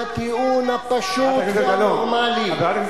והטיעון הפשוט והנורמלי, חברת הכנסת גלאון.